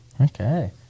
Okay